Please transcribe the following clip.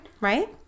Right